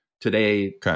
Today